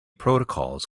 protocols